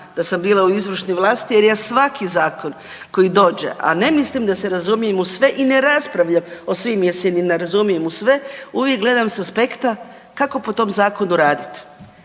da sam bila u izvršnoj vlasti jer ja svaki zakon koji dođe, a ne mislim da se razumijem u sve i ne raspravljam o svim jer se ni ne razumijem u sve, uvijek gledam s aspekta kako po tom zakonu raditi.